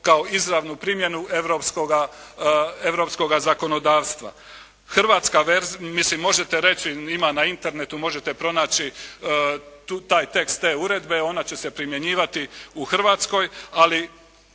izravnu primjenu europskoga zakonodavstva. Hrvatska verzija, mislim možete reći, ima na internetu, možete pronaći taj tekst te uredbe, ona će se primjenjivati u Hrvatskoj, ali